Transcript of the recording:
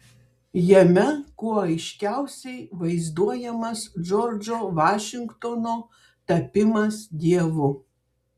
jame kuo aiškiausiai vaizduojamas džordžo vašingtono tapimas dievu